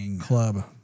club